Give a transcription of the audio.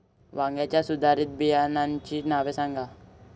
वांग्याच्या सुधारित बियाणांची नावे कोनची?